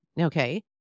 Okay